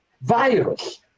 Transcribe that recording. Virus